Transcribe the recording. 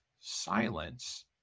silence